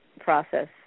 process